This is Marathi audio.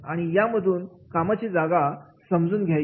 आणि यामधून कामाची जागा समजून घ्यायची